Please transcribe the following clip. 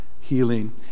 healing